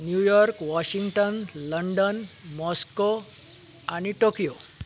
New York Washington London Moscow आनी Tokyo